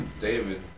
David